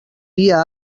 dia